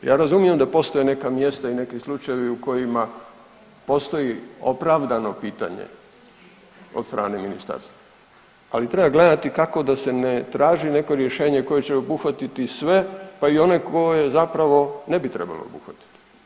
Ja razumijem da postoje neka mjesta i neki slučajevi u kojima postoji opravdano pitanje od strane ministarstva, ali treba gledati kako da se ne traži neko rješenje koje će obuhvatiti sve pa i one koje zapravo ne bi trebalo obuhvatiti.